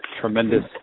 tremendous